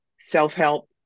self-help